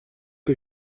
que